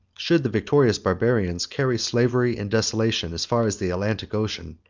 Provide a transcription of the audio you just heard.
should the victorious barbarians carry slavery and desolation as far as the atlantic ocean,